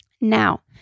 Now